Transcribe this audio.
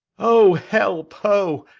o, help, ho!